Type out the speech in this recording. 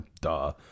duh